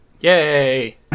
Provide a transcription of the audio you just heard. Yay